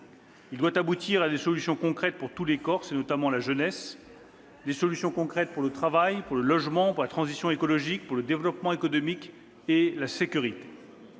Il doit aboutir à des solutions concrètes pour tous les Corses, notamment les jeunes, pour le travail, pour le logement, pour la transition écologique, pour le développement économique et la sécurité.